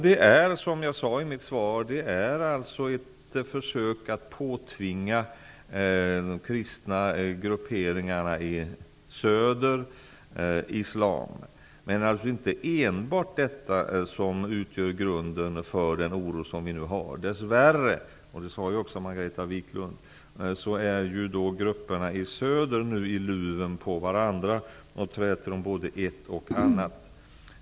Det var, som jag sade i mitt svar, ett försök att påtvinga de kristna grupperingarna i söder islam. Men det är alltså inte enbart detta som utgör grunden för den oro som nu finns. Dess värre -- och det sade också Margareta Viklund -- är grupperna i söder nu i luven på varandra och träter om både ett och annat.